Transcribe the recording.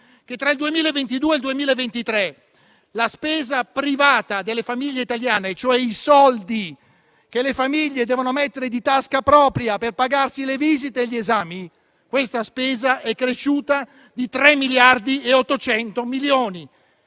che tra il 2022 e il 2023 la spesa privata delle famiglie italiane, cioè i soldi che le famiglie devono mettere di tasca propria per pagarsi le visite e gli esami, è cresciuta di 3,8 miliardi.